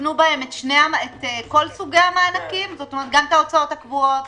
תתקנו בהן את כל סוגי המענקים גם את ההוצאות הקבועות,